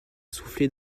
souffler